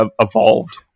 evolved